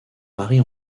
marie